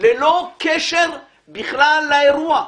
ללא קשר בכלל לאירוע.